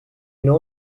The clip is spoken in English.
know